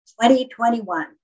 2021